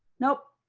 nope.